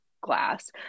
glass